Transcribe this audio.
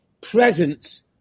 presence